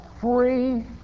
free